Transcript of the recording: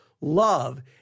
love